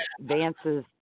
Vance's